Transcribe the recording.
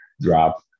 drop